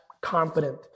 confident